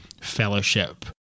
fellowship